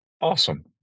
Awesome